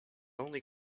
only